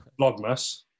Vlogmas